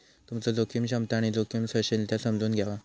तुमचो जोखीम क्षमता आणि जोखीम सहनशीलता समजून घ्यावा